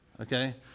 Okay